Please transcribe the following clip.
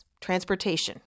transportation